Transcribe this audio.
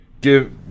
give